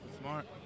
Smart